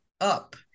up